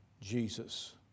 Jesus